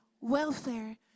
welfare